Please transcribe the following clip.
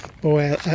boy